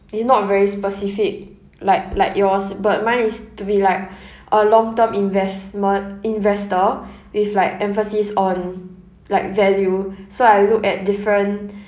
is not very specific like like yours but mine is to be like a long term investme~ investor with like emphasis on like value so I look at different